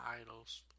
idols